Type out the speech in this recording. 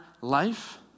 life